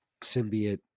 symbiote